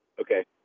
Okay